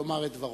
לומר את דברו.